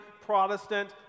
Protestant